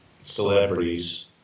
celebrities